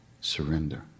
surrender